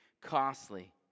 costly